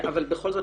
בכל זאת,